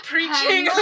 preaching